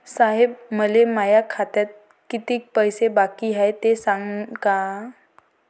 साहेब, मले माया खात्यात कितीक पैसे बाकी हाय, ते सांगान का?